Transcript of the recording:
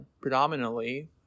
predominantly